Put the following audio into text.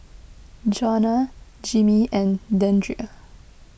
Jonah Jimmy and Deandre